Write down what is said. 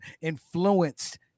influenced